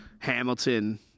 Hamilton